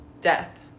death